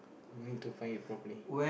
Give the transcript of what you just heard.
you need to find it properly